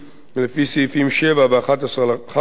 לפי סעיפים 7 ו-11 לחוק,